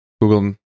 Google